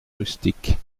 rustiques